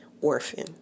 orphan